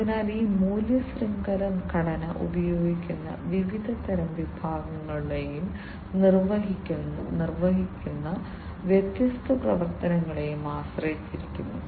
അതിനാൽ ഈ മൂല്യ ശൃംഖല ഘടന ഉപയോഗിക്കുന്ന വിവിധ തരം വിഭവങ്ങളെയും നിർവ്വഹിക്കുന്ന വ്യത്യസ്ത പ്രവർത്തനങ്ങളെയും ആശ്രയിച്ചിരിക്കുന്നു